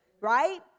right